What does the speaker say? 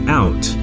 out